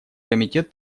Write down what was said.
комитет